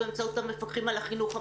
באמצעות המפקחים על החינוך המיוחד,